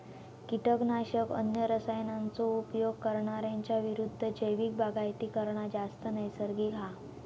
किटकनाशक, अन्य रसायनांचो उपयोग करणार्यांच्या विरुद्ध जैविक बागायती करना जास्त नैसर्गिक हा